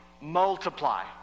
multiply